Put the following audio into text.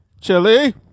chili